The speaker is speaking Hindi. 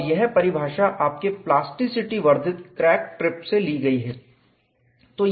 और यह परिभाषा आपके प्लास्टिसिटीवर्धित क्रैक टिप से ली गई है